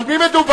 על מי מדובר?